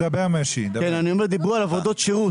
עבודות שירות.